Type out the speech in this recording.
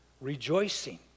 rejoicing